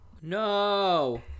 No